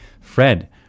Fred